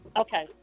Okay